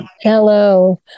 Hello